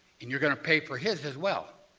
and you're going to pay for his as well.